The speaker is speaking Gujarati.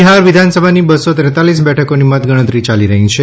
બિહાર વિધાનસભાની બસો ત્રેતાલીસ બેઠકોની મતગણતરી યાલી રહી છે